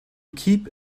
keep